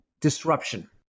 disruption